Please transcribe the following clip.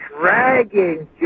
dragging